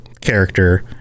character